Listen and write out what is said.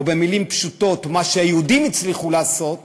או במילים פשוטות, מה שהיהודים הצליחו לעשות